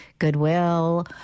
goodwill